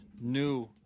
new